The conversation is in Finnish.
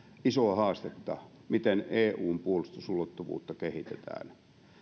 isoa haastetta sille miten eun puolustusulottuvuutta kehitetään